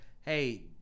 Hey